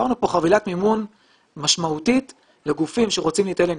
תפרנו כאן חבילת מימון משמעותית לגופים שרוצים להתייעל אנרגטית,